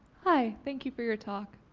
hi. thank you for your talk.